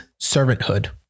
servanthood